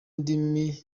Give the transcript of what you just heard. ndimi